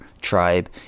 tribe